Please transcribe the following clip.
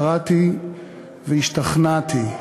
קראתי והשתכנעתי.